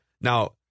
Now